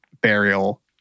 burial